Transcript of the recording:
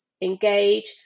engage